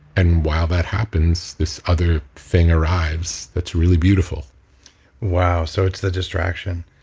and while that happens, this other thing arrives that's really beautiful wow. so it's the distraction.